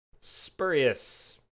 Spurious